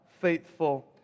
faithful